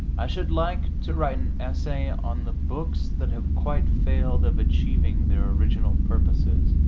i should like to write an essay on the books that have quite failed of achieving their original purposes,